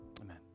amen